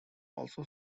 also